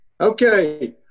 Okay